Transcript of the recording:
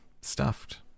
stuffed